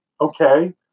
Okay